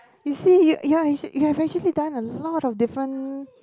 you see you ya you have actually done a lot of different